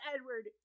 Edward